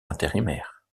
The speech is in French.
intérimaire